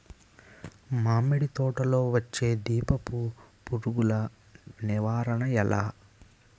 మామిడి తోటలో వచ్చే దీపపు పురుగుల నివారణ ఎలా?